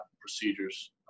procedures